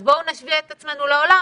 אז בואו נשווה את עצמנו לעולם